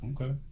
okay